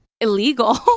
illegal